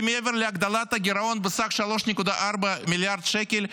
כי מעבר להגדלת הגירעון בסך 3.4 מיליארד שקלים,